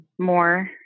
more